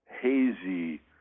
hazy